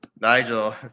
Nigel